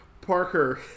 Parker